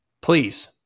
please